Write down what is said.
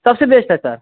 सबसे बेस्ट है सर